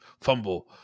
fumble